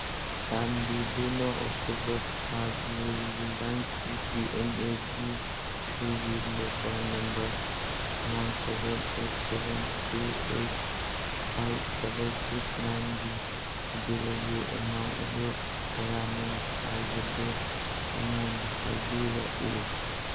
ꯆꯥꯟꯕꯤꯗꯨꯅ ꯑꯣꯛꯇꯣꯕꯔ ꯊꯥꯒꯤ Reliance C D M ꯑꯦꯒꯤ ꯑꯩꯒꯤ mobile number nine seven eight seven three eight five double six ꯅꯥꯏꯟꯒꯤ ꯕꯤꯜꯒꯤ ꯑꯦꯃꯥꯎꯟ ꯑꯗꯨ ꯀꯌꯥꯅꯣ ꯍꯥꯏꯕꯗꯨ ꯑꯩꯉꯣꯟꯗ ꯍꯥꯏꯕꯤꯔꯛꯎ